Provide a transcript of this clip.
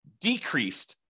decreased